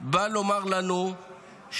-- הוא בעצם בא לומר לנו שרשות,